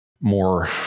More